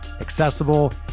accessible